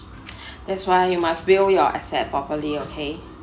that's why you must will your asset properly okay